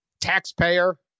taxpayer